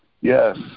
Yes